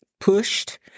pushed